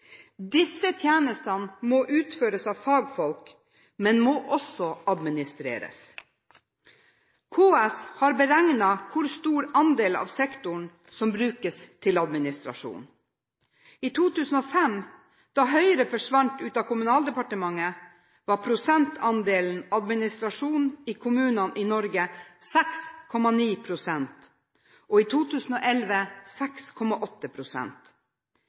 Disse tjenestene må utføres av fagfolk, men de må også administreres. KS har beregnet hvor stor andel av sektoren som brukes til administrasjon. I 2005, da Høyre forsvant ut av Kommunaldepartementet, var prosentandelen administrasjon i kommunene i Norge 6,9 pst. I 2011